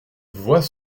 voit